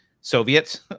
Soviets